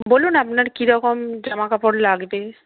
বলুন আপনার কী রকম জামা কাপড় লাগবে